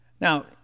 Now